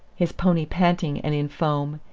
his pony panting and in foam,